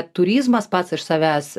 turizmas pats iš savęs